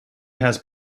has